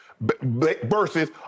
versus